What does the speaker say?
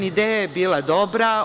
Ideja je bila dobra.